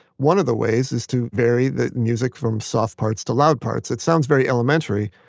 one of the ways is to vary the music from soft parts to loud parts. it sounds very elementary,